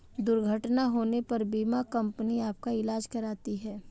दुर्घटना होने पर बीमा कंपनी आपका ईलाज कराती है